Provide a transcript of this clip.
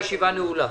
הישיבה נעולה.